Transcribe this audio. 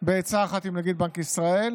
בעצה אחת עם נגיד בנק ישראל.